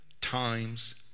times